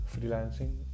freelancing